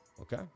okay